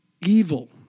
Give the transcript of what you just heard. Evil